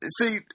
See